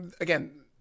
again